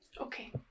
Okay